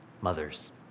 mothers